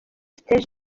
stage